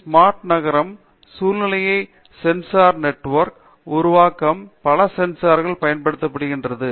smart நகரம் சூழ்நிலையில் sensor network உருவாக்க பல சென்சார்கள் பயன்படுகிறது